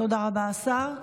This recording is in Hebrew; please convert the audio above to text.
תודה רבה, השר.